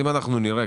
אם נראה,